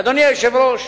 אדוני היושב-ראש,